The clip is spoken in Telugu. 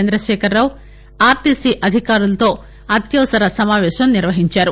చందశేఖర్రావు ఆర్టీసీ అధికారులతో అత్యవసర సమావేశం నిర్వహించారు